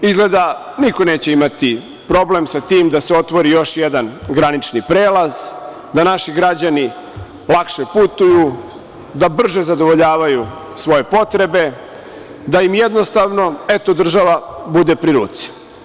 Izgleda niko neće imati problem sa tim, da se otvori još jedan granični prelaz, da naši građani lakše putuju, da brže zadovoljavaju svoje potrebe, da im jednostavno, eto država bude pri ruci.